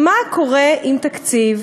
מה קורה עם תקציב